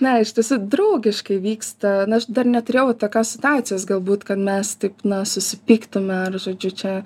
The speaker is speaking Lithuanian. ne iš tiesų draugiškai vyksta na aš dar neturėjau tokios situacijos galbūt kad mes taip na susipyktume ar žodžiu čia